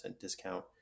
discount